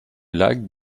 lac